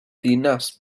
ddinas